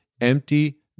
empty